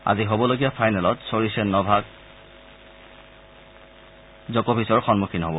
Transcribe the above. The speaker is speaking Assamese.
আজি হবলগীয়া ফাইনেলত চৰিছে নভাক জকভিছৰ সন্মুখীন হ'ব